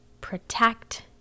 protect